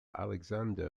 alexandre